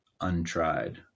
untried